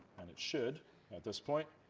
and it should at this point.